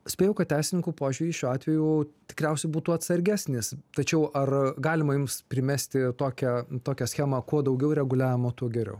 spėjau kad teisininkų požiūrį šiuo atveju tikriausiai būtų atsargesnis tačiau ar galima jums primesti tokią tokią schemą kuo daugiau reguliavimo tuo geriau